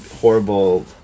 horrible